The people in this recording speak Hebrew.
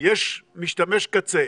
יש משתמש קצה.